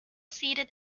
seated